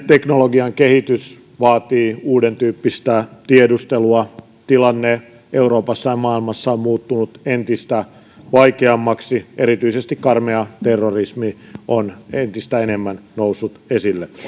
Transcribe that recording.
teknologian kehitys vaatii uudentyyppistä tiedustelua tilanne euroopassa ja maailmassa on muuttunut entistä vaikeammaksi erityisesti karmea terrorismi on entistä enemmän noussut esille